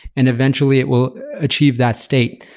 and eventually it will achieve that state.